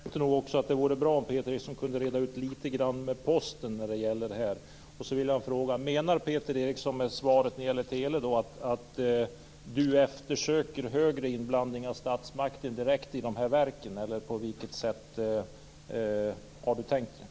Herr talman! Jag tror att det vore bra om Peter Eriksson litet grand kunde reda ut frågan om posten. Sedan vill jag fråga om Peter Eriksson med svaret när det gäller telefrågor menar att han eftersöker större inblandning av statsmakten i de här verken eller hur han har tänkt sig.